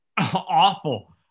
Awful